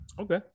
Okay